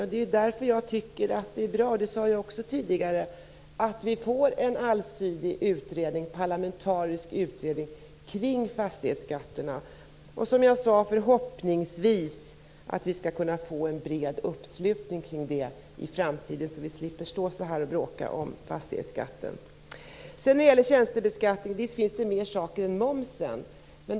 Som jag sade tidigare tycker jag att det är bra att vi får en allsidig parlamentarisk utredning kring fastighetsskatterna. Förhoppningsvis skall vi också kunna få en bred uppslutning kring detta i framtiden, så att vi slipper stå så här och bråka om fastighetsskatten. Visst finns det fler saker än momsen när det gäller tjänstebeskattningen.